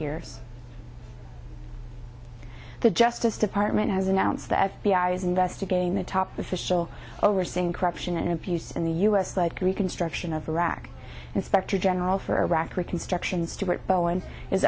years the justice department has announced the f b i is investigating the top official overseeing corruption and abuse in the u s like reconstruction of iraq inspector general for iraq reconstruction stuart bowen is